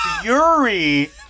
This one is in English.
fury